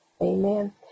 Amen